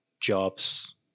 jobs